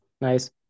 Nice